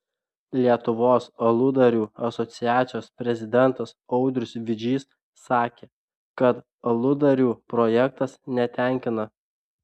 lietuvos aludarių asociacijos prezidentas audrius vidžys sakė kad aludarių projektas netenkina